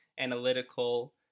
analytical